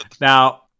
Now